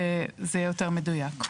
זה יהיה יותר מדויק.